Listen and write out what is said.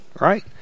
right